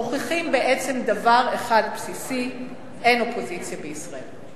מוכיחים בעצם דבר אחד בסיסי: אין אופוזיציה בישראל.